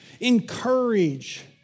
encourage